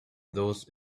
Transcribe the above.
those